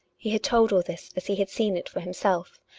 he had told all this as he had seen it for himself,